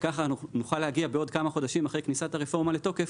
וככה נוכל להגיע בעוד כמה חודשים אחרי כניסת הרפורמה לתוקף,